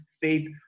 faith